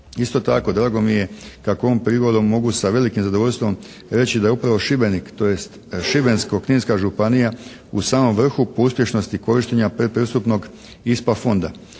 Isto tako drago mi je kako ovom prigodom mogu sa velikim zadovoljstvom reći da je upravo Šibenik tj. Šibensko-Kninska županija u samom vrhu po uspješnosti korištenja predpristupnog ISPA fonda.